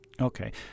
Okay